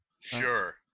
Sure